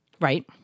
Right